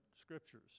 scriptures